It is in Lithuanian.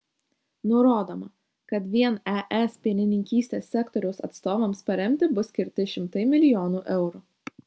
nurodoma kad vien es pienininkystės sektoriaus atstovams paremti bus skirti šimtai milijonų eurų